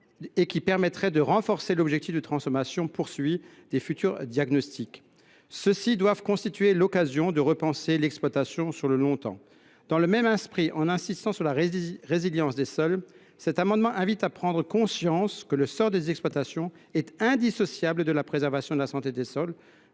et qui permettrait de renforcer l’objectif de transformation assigné à ces futurs diagnostics. Ceux ci doivent constituer l’occasion de repenser l’exploitation sur une longue période. Dans le même esprit, en insistant sur la résilience des sols, nous invitons à prendre conscience que le sort des exploitations est indissociable de la préservation de la santé des sols.